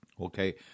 Okay